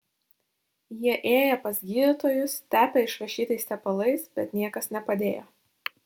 jie ėję pas gydytojus tepę išrašytais tepalais bet niekas nepadėjo